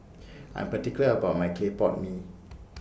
I'm particular about My Clay Pot Mee